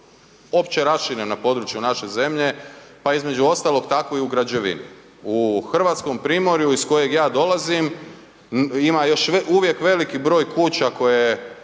opće raširen na području naše zemlje, pa između ostalog tako i u građevini. U Hrvatskom primorju iz kojeg ja dolazim ima još uvijek veliki broj kuća koje